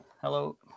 hello